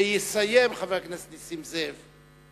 ויסיים, חבר הכנסת נסים זאב.